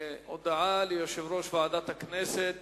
הודעה ליושב-ראש ועדת הכנסת.